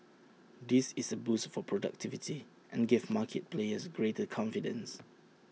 this is A boost for productivity and gave market players greater confidence